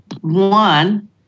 One